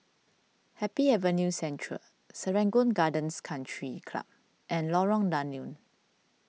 Happy Avenue Central Serangoon Gardens Country Club and Lorong Danau